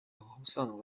ubusanzwe